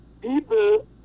people